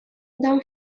дом